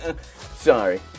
Sorry